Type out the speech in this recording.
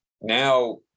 now